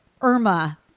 Irma